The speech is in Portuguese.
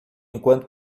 enquanto